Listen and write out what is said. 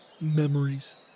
memories